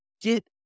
get